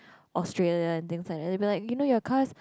Australia and things like that and you know your car is